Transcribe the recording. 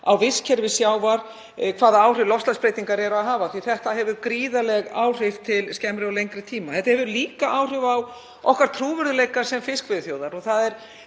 á vistkerfi sjávar, hvaða áhrif loftslagsbreytingar hafa, því að þetta hefur gríðarleg áhrif til skemmri og lengri tíma. Þetta hefur líka áhrif á trúverðugleika okkar sem fiskveiðiþjóðar. Það er